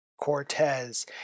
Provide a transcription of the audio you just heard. Cortez